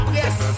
yes